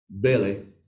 Billy